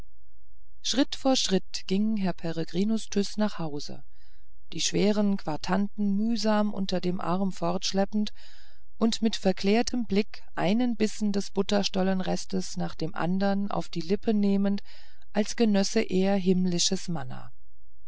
schritt vor schritt ging herr peregrinus tyß nach hause die schweren quartanten mühsam unter dem arm fortschleppend und mit verklärtem blick einen bissen des butterstollenrestes nach dem andern auf die lippe nehmend als genösse er himmlisches manna